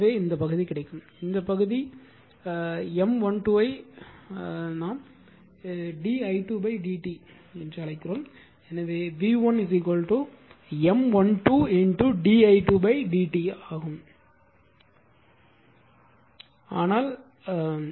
எனவே இந்த பகுதி இந்த பகுதி M12 ஐ அழைக்கிறோம் இது di2 dt எனவே v1 M12 di2 dt